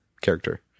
character